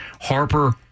Harper